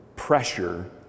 Pressure